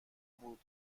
بود